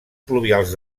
pluvials